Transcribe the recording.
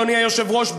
אדוני היושב-ראש,